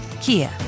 Kia